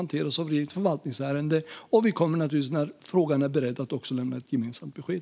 När frågan är beredd kommer vi naturligtvis att lämna ett gemensamt besked.